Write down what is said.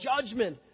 judgment